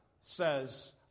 says